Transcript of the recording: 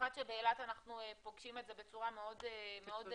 במיוחד שבאילת אנחנו פוגשים את זה בצורה מאוד חריפה,